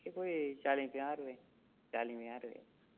इ'यै कोई चाली पंजाह् रपेऽ चाली पंजाह् रपेऽ